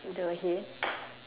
the head